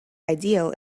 ideal